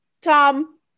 Tom